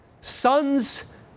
sons